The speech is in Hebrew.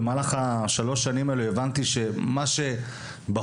במהלך שלוש השנים האלו הבנתי שמה שבחור